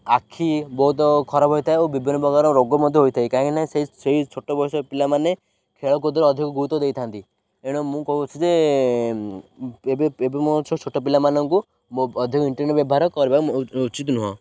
ଆଖି ବହୁତ ଖରାପ ହୋଇଥାଏ ଓ ବିଭିନ୍ନ ପ୍ରକାର ରୋଗ ମଧ୍ୟ ହୋଇଥାଏ କାହିଁକି ନାନା ସେ ସେଇ ଛୋଟ ବୟସ ପିଲାମାନେ ଖେଳକୁଦରେ ଅଧିକ ଗୁରୁତ୍ୱ ଦେଇଥାନ୍ତି ଏଣୁ ମୁଁ କହୁଛି ଯେ ଏବେ ଏବେ ମୋ ଛୋଟ ପିଲାମାନଙ୍କୁ ମୋ ଅଧିକ ଇଣ୍ଟରନେଟ୍ ବ୍ୟବହାର କରିବା ଉଚିତ ନୁହେଁ